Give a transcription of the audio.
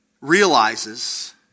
realizes